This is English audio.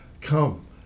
Come